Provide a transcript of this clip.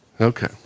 Okay